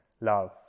love